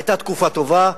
היתה תקופה טובה,